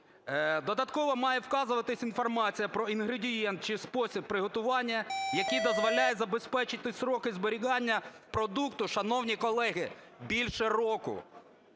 Додатково має вказуватися інформація про інгредієнт чи спосіб приготування, який дозволяє забезпечити строки зберігання продукту, шановні колеги, більше року.